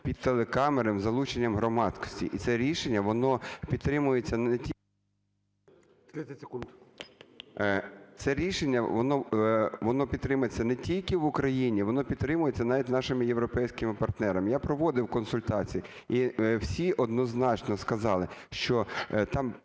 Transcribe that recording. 30 секунд. ІВАНЧУК А.В. Це рішення, воно підтримується не тільки в Україні, воно підтримується навіть з нашими європейськими партнерами. Я проводив консультації, і всі однозначно сказали, що там